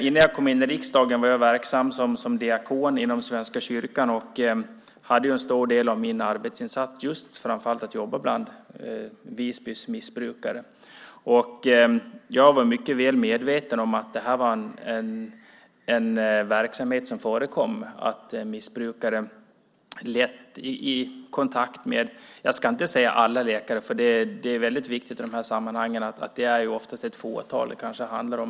Innan jag kom in i riksdagen var jag verksam som diakon inom Svenska kyrkan, och en stor del av min arbetsinsats var att framför allt jobba bland Visbys missbrukare. Jag var mycket väl medveten om att det här var en verksamhet som förekom och att missbrukare lätt fick kontakt med, jag ska inte säga alla läkare, för det är väldigt viktigt i de här sammanhangen att betona att det oftast är ett fåtal det handlar om.